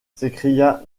s’écria